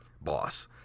boss